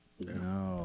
No